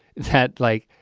it's had like,